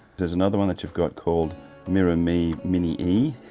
there's another one that you've got called mirror me, mini me.